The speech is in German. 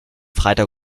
freitag